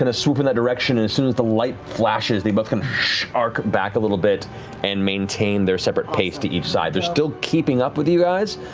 and swoop in that direction and as soon as the light flashes, they both and arc back a little bit and maintain their separate pace to each side. they're still keeping up with you guys,